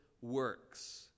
works